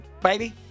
baby